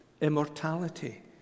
immortality